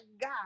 God